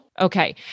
Okay